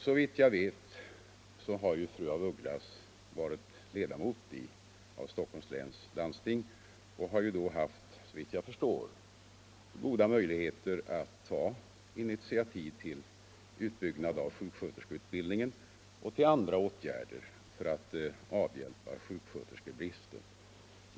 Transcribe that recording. Såvitt jag vet har fru af Ugglas varit ledamot av Stockholms läns landsting och har då såvitt jag förstår haft goda möjligheter att ta initiativ till utbyggnad av sjuksköterskeutbildningen och till andra åtgärder för att avhjälpa sjuksköterskebristen.